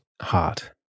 heart